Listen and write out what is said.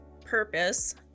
purpose